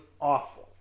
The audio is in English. awful